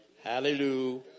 Hallelujah